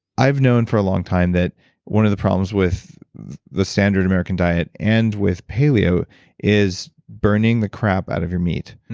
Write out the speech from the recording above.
i've known for a long time that one of the problems with the standard american diet and with paleo is burning the crap out of your meat. and